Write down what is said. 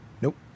Nope